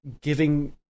giving